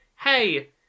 Hey